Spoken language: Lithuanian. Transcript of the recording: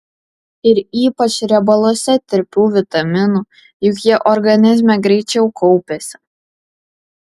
ir ypač riebaluose tirpių vitaminų juk jie organizme greičiau kaupiasi